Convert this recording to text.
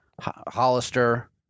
Hollister